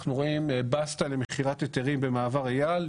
אנחנו רואים בסטה למכירת היתרים במעבר אייל.